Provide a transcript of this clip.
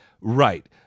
Right